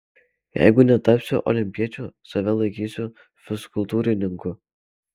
jeigu netapsiu olimpiečiu save laikysiu fizkultūrininku